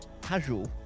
Casual